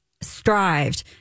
strived